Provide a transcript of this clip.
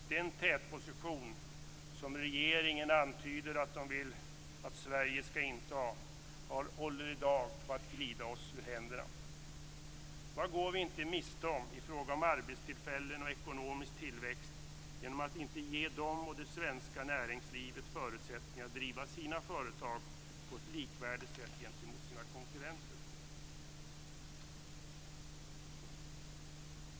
Den tätposition som regeringen antyder att den vill att Sverige skall inta håller i dag på att glida oss ur händerna. Vad går vi inte miste om i fråga om arbetstillfällen och ekonomisk tillväxt genom att inte ge dem och det svenska näringslivet förutsättningar att driva sina företag på ett gentemot sina konkurrenter likvärdigt sätt?